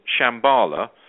Shambhala